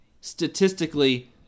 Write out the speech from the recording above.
statistically